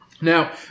Now